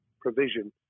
provision